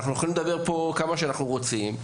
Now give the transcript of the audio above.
אנחנו יכולים לדבר פה כמה שאנחנו רוצים.